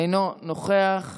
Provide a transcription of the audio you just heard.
אינו נוכח,